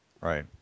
Right